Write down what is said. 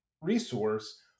resource